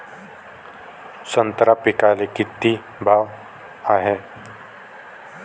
संत्रा पिकाले किती भाव हाये?